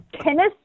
tennis